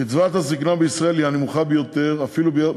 קצבת הזיקנה בישראל היא הנמוכה ביותר, אפילו מאוד,